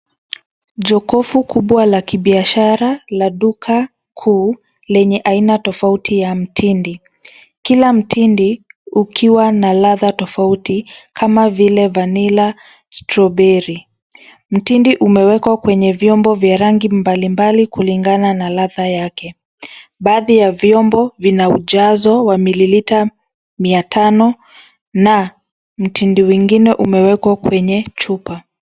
Jokofu kubwa la kibiashara la duka kuu lenye aina tofauti ya mtindi. Kila mtindi ukiwa na ladha tofauti kama vile vanila, stroberi. Mtindi umewekwa kwenye vyombo vya rangi mbalimbali kulingana na ladha yake. Baadhi ya vyombo vina ujazo wa mililita mia tano na mtindi ingine imewekwa kwenye chupa.